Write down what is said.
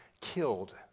killed